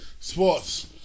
Sports